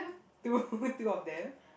two two of them